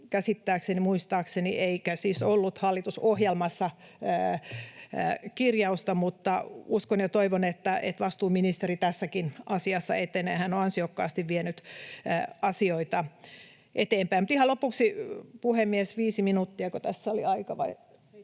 käsittääkseni, muistaakseni ollut hallitusohjelmassa kirjausta, mutta uskon ja toivon, että vastuuministeri tässäkin asiassa etenee. Hän on ansiokkaasti vienyt asioita eteenpäin. Mutta ihan lopuksi... — Puhemies, viisi minuuttiako tässä oli aikaa?